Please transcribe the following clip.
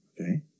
Okay